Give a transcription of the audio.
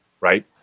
Right